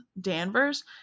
Danvers